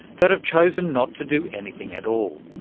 that have chosen not to do anything at all,